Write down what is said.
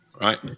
right